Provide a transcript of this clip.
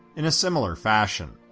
in a similar fashion.